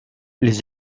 les